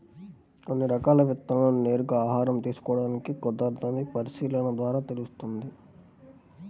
కొన్ని రకాల విత్తనాలను నేరుగా ఆహారంగా తీసుకోడం కుదరదని పరిశీలన ద్వారా తెలుస్తుంది